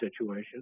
situation